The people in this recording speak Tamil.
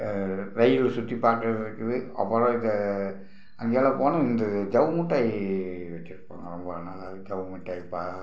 ரயிலில் சுற்றி பார்க்குறது இருக்குது அப்புறோம் அங்கே அங்கெலாம் போனால் இந்த ஜவ்வு மிட்டாய் வெச்சுருப்பாங்க ஜவ்வு மிட்டாய்